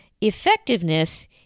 effectiveness